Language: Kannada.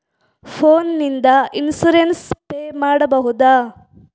ಫೋನ್ ನಿಂದ ಇನ್ಸೂರೆನ್ಸ್ ಪೇ ಮಾಡಬಹುದ?